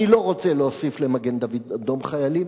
אני לא רוצה להוסיף למגן-דוד-אדום חיילים.